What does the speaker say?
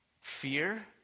fear